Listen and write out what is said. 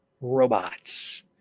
robots